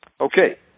Okay